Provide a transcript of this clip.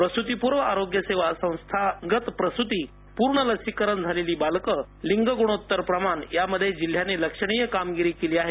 प्रसूतिपूर्व आरोग्यसेवा संस्थागत प्रसूती पूर्ण लसीकरण झालेली बालके लिंगगुणोत्तरप्रमाण या मध्ये जिल्ह्याने लक्षणीय कामगिरी केली आहे